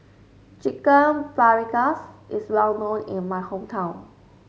Chicken Paprikas is well known in my hometown